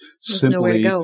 simply